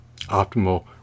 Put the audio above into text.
optimal